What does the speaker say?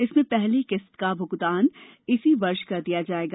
इसमें पहली किश्त का भुगतान इसी वर्ष कर दिया जाएगा